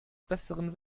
besseren